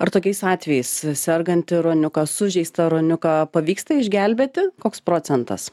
ar tokiais atvejais sergantį ruoniuką sužeistą ruoniuką pavyksta išgelbėti koks procentas